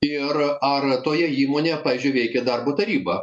ir ar toje įmonėje pavyzdžiui veikia darbo taryba